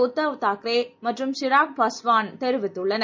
உத்தவ் தாக்கரேமற்றும் சிராக் பஸ்வான் தெரிவித்துள்ளனர்